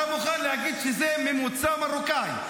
אתה מוכן להגיד שזה ממוצא ממרוקאי,